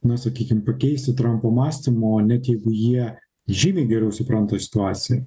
na sakykim pakeisti trampo mąstymo net jeigu jie žymiai geriau supranta situaciją